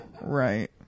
Right